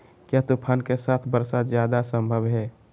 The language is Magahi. क्या तूफ़ान के साथ वर्षा जायदा संभव है?